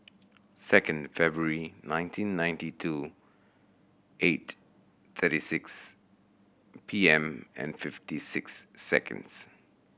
second February nineteen ninety two eight thirty six P M and fifty six seconds